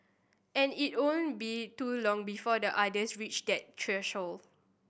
and it won't be too long before the otters reach that threshold